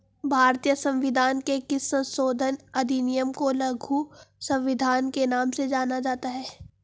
भारतीय संविधान के किस संशोधन अधिनियम को लघु संविधान के नाम से जाना जाता है?